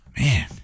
Man